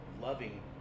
loving